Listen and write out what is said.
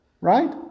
Right